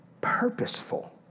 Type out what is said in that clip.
purposeful